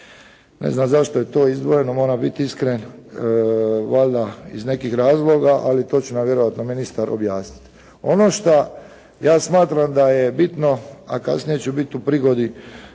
Ne znam zašto je to izdvojeno, moram biti iskren, valjda iz nekih razloga, ali to će nam vjerojatno ministar objasniti. Ono što ja smatram da je bitno, a kasnije ću biti u prigodi